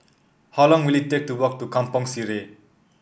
how long will it take to walk to Kampong Sireh